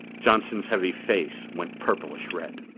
johnson's heavy face went purplish red.